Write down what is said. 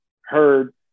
heard